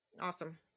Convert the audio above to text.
Awesome